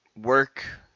work